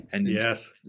Yes